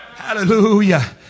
hallelujah